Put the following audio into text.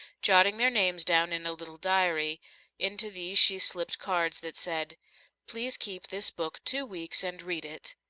jotting their names down in a little diary into these she slipped cards that said please keep this book two weeks and read it.